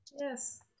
yes